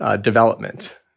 development